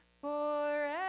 forever